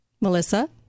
Melissa